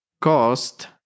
cost